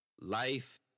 Life